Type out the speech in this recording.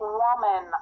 woman